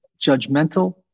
judgmental